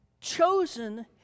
chosen